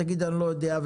תגיד: אני לא יודע,